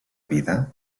vida